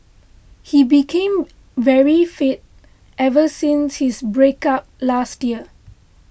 he became very fit ever since his break up last year